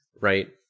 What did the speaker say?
right